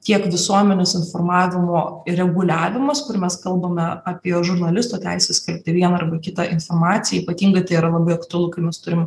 tiek visuomenės informavimo reguliavimas kur mes kalbame apie žurnalisto teisę skelbti vieną arba kitą informaciją ypatingai tai yra labai aktualu kai mes turim